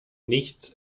nichts